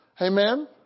Amen